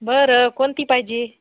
बरं कोणती पाहिजे